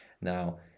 Now